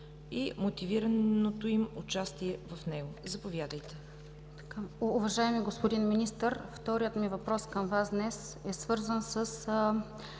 и мотивираното им участие в него. Заповядайте.